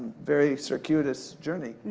very circuitous journey.